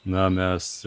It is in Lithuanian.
na mes